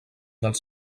dels